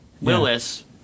Willis